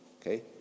okay